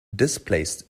displaced